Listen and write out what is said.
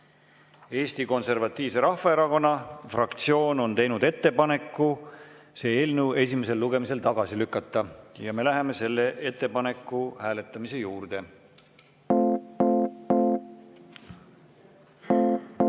Eesti Konservatiivse Rahvaerakonna fraktsioon on teinud ettepaneku see eelnõu esimesel lugemisel tagasi lükata. Me läheme selle ettepaneku hääletamise